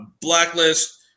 Blacklist